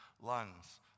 lungs